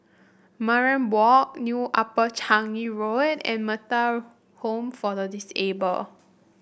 Mariam Walk New Upper Changi Road and Metta Home for the Disabled